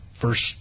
first